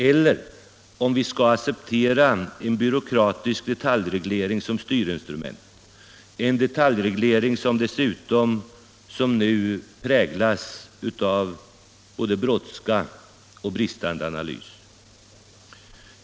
Eller skall vi acceptera en byråkratisk detaljreglering som styrinstrument, en detaljreglering som dessutom, som nu, präglas av både brådska och bristande analys?